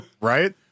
Right